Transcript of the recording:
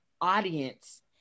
audience